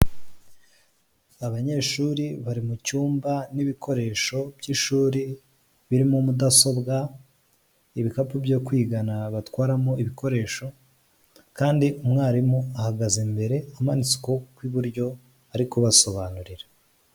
Abanyeshuri bari mu cyumba n'ibikoresho by'ishuri birimo mudasobwa, ibikapu byo kwigana batwaramo ibikoresho, kandi umwarimu ahagaze imbere amanitse ukuboko kw'iburyo, ari kubasobanurira.